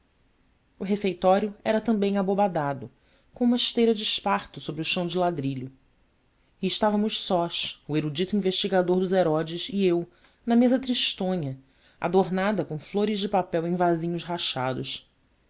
o refeitório era também abobadado com uma esteira de esparto sobre o chão de ladrilho e estávamos sós o erudito investigador dos herodes e eu na mesa tristonha adornada com flores de papel em vasinhos rachados